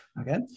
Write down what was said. Okay